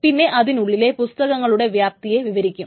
പിന്നെ അതിനുള്ളിലെ പുസ്തകങ്ങളുടെ വ്യാപ്തിയെ വിവരിക്കും